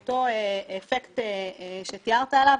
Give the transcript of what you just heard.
אותו אפקט שדיברת עליו,